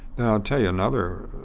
i'll tell you another